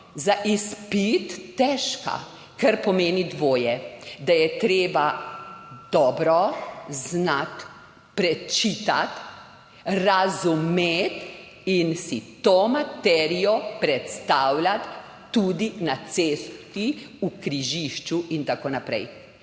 za izpit težka, kar pomeni dvoje – da je treba dobro znati prečitati, razumeti in si to materijo predstavljati tudi na cesti, v križišču in tako naprej.